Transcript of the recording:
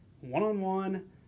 one-on-one